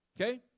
Okay